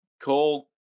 call